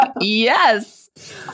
yes